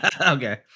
Okay